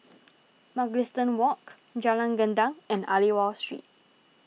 Mugliston Walk Jalan Gendang and Aliwal Street